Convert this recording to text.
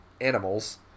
animals